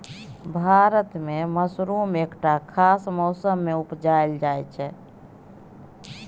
भारत मे मसरुम एकटा खास मौसमे मे उपजाएल जाइ छै